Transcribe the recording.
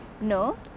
No